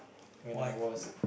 when I was